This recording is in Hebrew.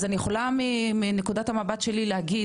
אז אני יכולה מנקודת המבט שלי להגיד